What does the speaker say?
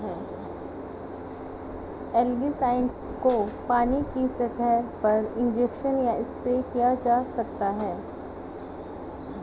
algicides को पानी की सतह पर इंजेक्ट या स्प्रे किया जा सकता है